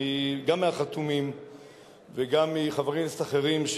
גם מהחתומים וגם מחברי כנסת אחרים,